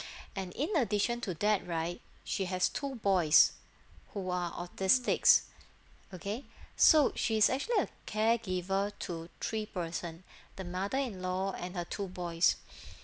and in addition to that right she has two boys who are autistis okay so she's actually a caregiver to three person the mother-in-law and her two boys